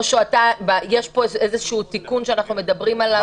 או שיש פה איזשהו תיקון שאנחנו מדברים עליו?